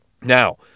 Now